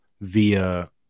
via